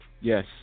yes